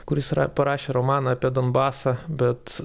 kuris yra parašė romaną apie donbasą bet